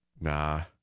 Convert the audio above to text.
Nah